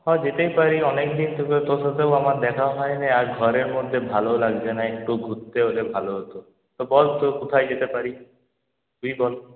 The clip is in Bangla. হ্যাঁ যেতেই পারি অনেকদিন তো তোর সাথেও আমার দেখা হয়নি আর ঘরের মধ্যে ভালোও লাগছে না একটু ঘুরতে হলে ভালো হত তো বল তো কোথায় যেতে পারি তুই বল